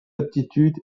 aptitude